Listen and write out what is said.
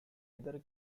either